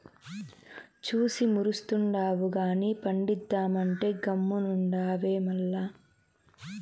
చూసి మురుస్తుండావు గానీ పండిద్దామంటే గమ్మునుండావే మల్ల